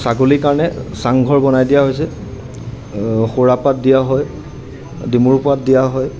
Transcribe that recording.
ছাগলীৰ কাৰণে চাংঘৰ বনাই দিয়া হৈছে খোৰা পাত দিয়া হয় ডিমুৰ পাত দিয়া হয়